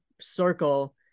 circle